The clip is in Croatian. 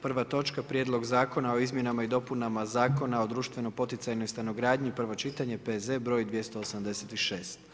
Prva točka - Prijedlog zakona o izmjenama i dopunama Zakona o društveno poticajnoj stanogradnji, prvo čitanje, P.Z. br. 286.